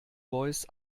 voice